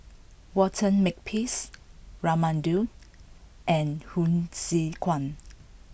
Walter Makepeace Raman Daud and Hsu Tse Kwang